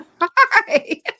Hi